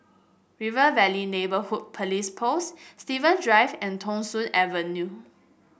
River Valley Neighbourhood Police Post Steven Drive and Thong Soon Avenue